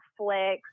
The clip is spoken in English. Netflix